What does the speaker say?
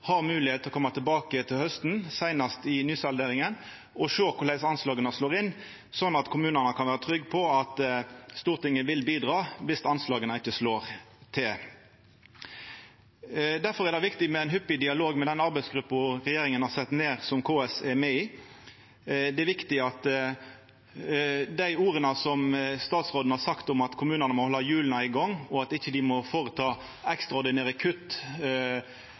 har moglegheit til å koma tilbake til hausten, seinast i nysalderinga, og sjå korleis anslaga slår inn, slik at kommunane kan vera trygge på at Stortinget vil bidra om anslaga ikkje slår til. Difor er det viktig med ein hyppig dialog med den arbeidsgruppa regjeringa har sett ned, som KS er med i. Det er viktig at dei orda som statsråden har sagt om at kommunane må halda hjula i gang, og at dei ikkje må ta ekstraordinære kutt